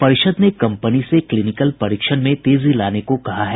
परिषद् ने कंपनी से क्लीनिकल परीक्षण में तेजी लाने को कहा है